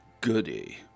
goody